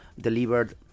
delivered